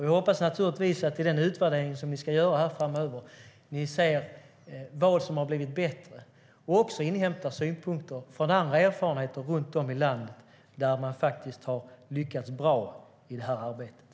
Jag hoppas naturligtvis att ni i den utvärdering som ni ska göra framöver ser vad som har blivit bättre och att ni också inhämtar synpunkter från de delar i landet där man har lyckats bra i det här arbetet.